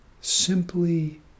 simply